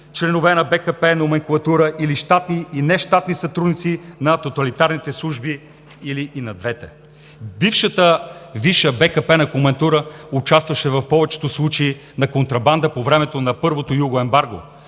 членове на БКП номенклатура, или щатни и нещатни сътрудници на тоталитарните служби, или и на двете. Бившата висша БКП номенклатура участваше в повечето случаи на контрабанда по времето на първото югоембарго.